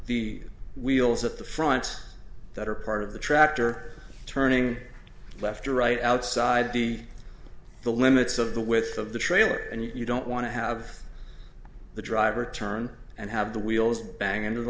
the wheels of the front that are part of the tractor turning left or right outside the the limits of the width of the trailer and you don't want to have the driver turn and have the wheels bang into the